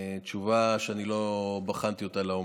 תשובה שאני לא בחנתי אותה לעומק.